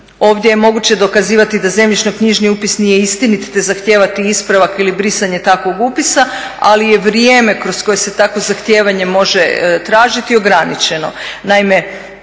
Ovdje je moguće dokazivati da zemljišno-knjižni upis nije isti niti zahtijevati ispravak ili brisanje takvog upisa, ali je vrijeme kroz koje se takvo zahtijevanje može tražiti ograničeno.